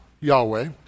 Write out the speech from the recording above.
Yahweh